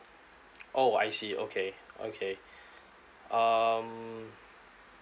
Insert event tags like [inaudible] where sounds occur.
oh I see okay okay [breath] um